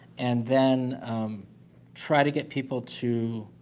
and then try to get people to